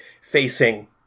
facing